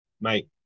mate